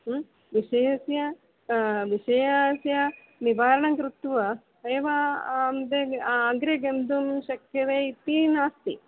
विषयस्य विषयस्य निवारणं कृत्वा एव आ अग्रे गन्तुं शक्यते इति नास्ति